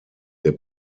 der